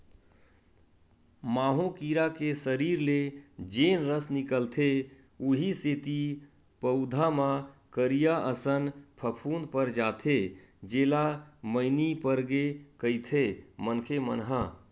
माहो कीरा के सरीर ले जेन रस निकलथे उहीं सेती पउधा म करिया असन फफूंद पर जाथे जेला मइनी परगे कहिथे मनखे मन ह